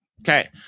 okay